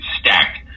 stacked